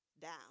down